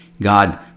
God